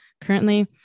currently